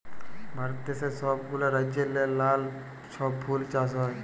ভারত দ্যাশে ছব গুলা রাজ্যেল্লে লালা ছব ফুল চাষ হ্যয়